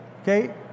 Okay